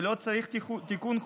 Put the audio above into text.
ולא צריך תיקון חוק.